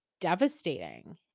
devastating